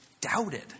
doubted